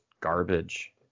garbage